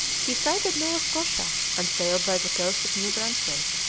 he sighted nova scotia and sailed by the coast of new brunswick,